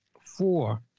four